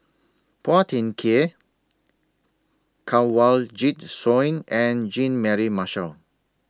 Phua Thin Kiay Kanwaljit Soin and Jean Mary Marshall